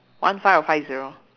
one five or five zero